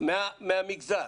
מהמגזר